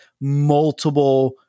multiple